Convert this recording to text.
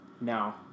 No